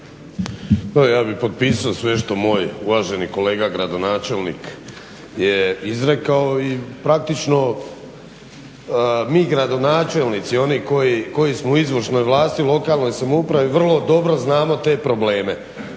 ja bih potpisao sve što moj uvaženi kolega gradonačelnik je izrekao i praktično mi gradonačelnici, oni koji smo u izvršnoj vlasti u lokalnoj samoupravi vrlo dobro znamo te probleme.